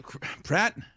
Pratt